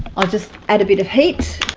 i'll just add a bit of heat